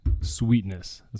sweetness